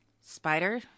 Spider